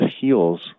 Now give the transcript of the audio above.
heals